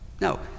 No